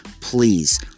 please